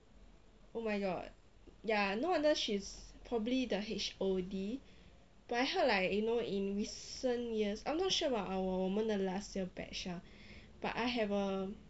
oh my god ya no wonder she's probably the H_O_D but I heard like you know in recent years I'm not sure about our 我们的 last year batch ah but I have a